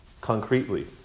concretely